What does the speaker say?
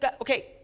Okay